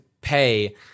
pay